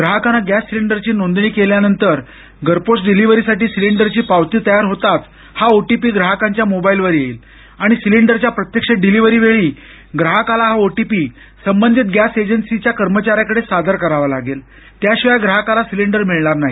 ग्राहकानं gas सिलिंडरची नोंदणी केल्यानंतर घरपोच डिलिव्हरीसाठी सिलिंडर ची पावती तयार होताच हा ओटीपी ग्राहकाच्या मोबाईलवर येईल आणि सिलिंडरच्या प्रत्यक्ष डिलिव्हरीवेळी ग्राहकाला हा ओटीटी संबंधित गॅस एजन्सीच्या कर्मचाऱ्यांकडे सादर करावा लागेल त्याशिवाय ग्राहकाला सिलिंडर मिळणार नाही